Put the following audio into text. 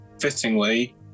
Fittingly